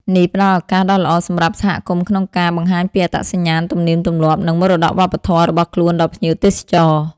នេះផ្តល់ឱកាសដ៏ល្អសម្រាប់សហគមន៍ក្នុងការ បង្ហាញពីអត្តសញ្ញាណ ទំនៀមទម្លាប់ និងមរតកវប្បធម៌ របស់ខ្លួនដល់ភ្ញៀវទេសចរ។